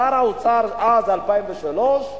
שר האוצר אז, 2003,